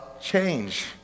change